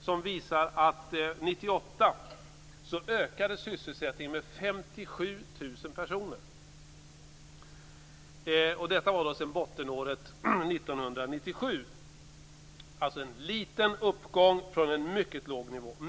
Den visar att sysselsättningen ökade med 57 000 personer år 1998. Detta var då sedan bottenåret 1997. Det är alltså en liten uppgång från en mycket låg nivå.